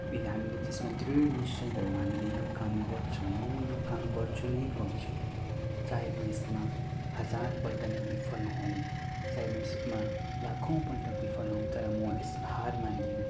हामीले त्यसमा दृढ निश्चय गऱ्यौँ हामीले यो काम गर्छौँ म यो काम गर्छु नै गर्छु चाहे म यसमा हजारपल्ट नै विफल नहौँ चाहे म यसमा लाखौँपल्ट विफल हौँ तर मो यसमा हार मान्दिनँ